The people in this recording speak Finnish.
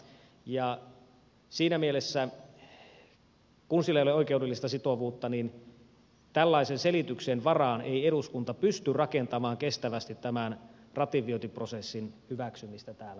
ja siinä mielessä kun sillä ei ole oikeudellista sitovuutta niin tällaisen selityksen varaan ei eduskunta pysty rakentamaan kestävästi tämän ratifiointiprosessin hyväksymistä täällä eduskunnassa